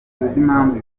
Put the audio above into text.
impamvu